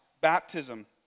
baptism